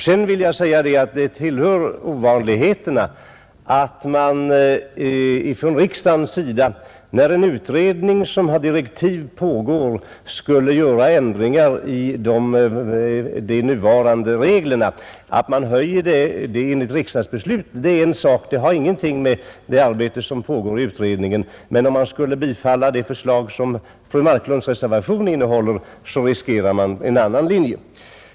Sedan tillhör det också ovanligheterna att riksdagen ändrar i gällande regler så länge en utredning pågår. Att riksdagen beslutar att höja ett bidrag är en sak; det har ingenting med utredningens arbete att göra. Men om riksdagen skulle bifalla det förslag som fru Marklunds reservation innehåller, så riskerar vi att hamna på en annan linje.